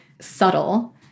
subtle